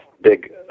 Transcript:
big